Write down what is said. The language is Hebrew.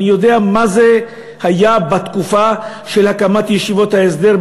ואני יודע מה זה היה בתקופה של הקמת ישיבות ההסדר,